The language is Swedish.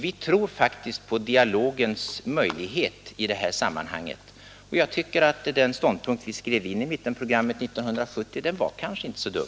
ViTror faktiskt på dialogens möjligheter i detta sammanhang, och jag tycker att den ståndpunkt vi skrev in i mittenprogrammet 1970 ändå inte var så dum.